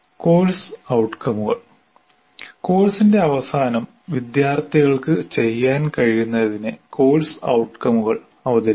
course ഔട്കമുകൾ കോഴ്സിന്റെ അവസാനം വിദ്യാർത്ഥികൾക്ക് ചെയ്യാൻ കഴിയുന്നതിനെ കോഴ്സ് ഔട്കമുകൾ അവതരിപ്പിക്കുന്നു